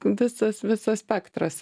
visas visas spektras